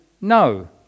no